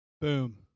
Boom